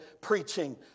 preaching